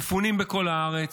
מפונים בכל הארץ.